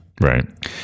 Right